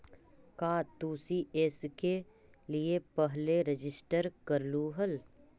का तू सी.एस के लिए पहले रजिस्टर करलू हल